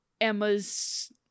emma's